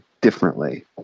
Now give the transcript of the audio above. differently